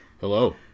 hello